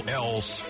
else